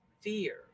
fear